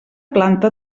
planta